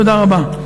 תודה רבה.